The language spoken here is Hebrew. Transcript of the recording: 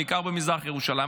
בעיקר במזרחי ירושלים.